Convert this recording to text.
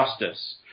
justice